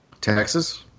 Taxes